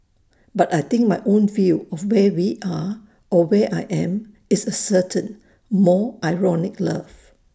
but I think my own view of where we are or where I am is A certain more ironic love